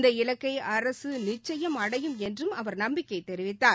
இந்த இலக்கைஅரசுநிச்சயம் அடையும் என்றும் அவர் நம்பிக்கைதெரிவித்தார்